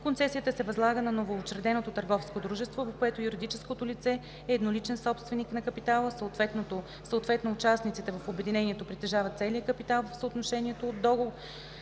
концесията се възлага на новоучредено търговско дружество, в което юридическото лице е едноличен собственик на капитала, съответно участниците в обединението притежават целия капитал в съотношението от договора